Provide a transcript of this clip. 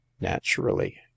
naturally